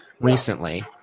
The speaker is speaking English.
recently